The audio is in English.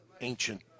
ancient